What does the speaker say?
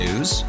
News